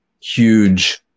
huge